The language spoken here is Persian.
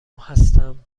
هستم